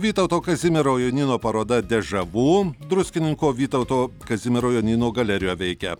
vytauto kazimiero jonyno paroda dežavu druskininkų vytauto kazimiero jonyno galerijoje veikia